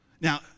Now